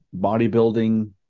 bodybuilding